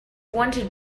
wanted